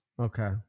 Okay